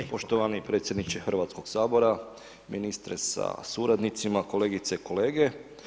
Poštovani predsjedniče Hrvatskog sabora, ministre sa suradnicima, kolegice i kolege.